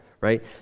Right